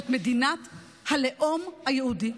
זאת מדינת הלאום היהודי,